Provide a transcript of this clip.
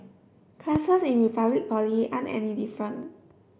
classes in Republic Poly aren't any different